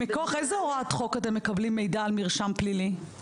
מכוח איזו הוראת חוק אתם מקבלים מידע על מרשם פלילי?